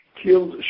killed